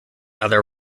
other